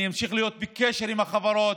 אני אמשיך להיות בקשר עם החברות,